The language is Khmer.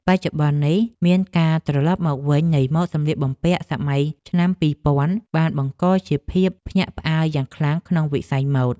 បច្ចុប្បន្ននេះមានការត្រឡប់មកវិញនៃម៉ូដសម្លៀកបំពាក់សម័យឆ្នាំពីរពាន់បានបង្កជាភាពភ្ញាក់ផ្អើលយ៉ាងខ្លាំងក្នុងវិស័យម៉ូដ។